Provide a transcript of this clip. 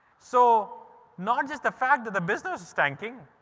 so not just the fact that the business was tanking.